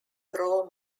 brough